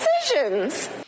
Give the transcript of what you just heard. decisions